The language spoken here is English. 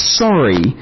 sorry